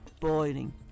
boiling